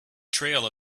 trail